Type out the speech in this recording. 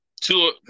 Two